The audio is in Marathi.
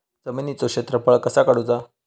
जमिनीचो क्षेत्रफळ कसा काढुचा?